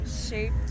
shaped